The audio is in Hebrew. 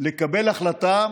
לקבל החלטה